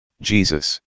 Jesus